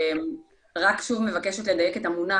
אני מבקשת לדייק את המונח,